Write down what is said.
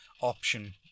option